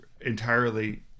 entirely